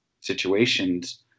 situations